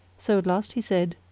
so at last he said,